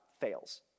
fails